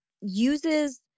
uses